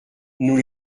nous